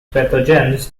pathogens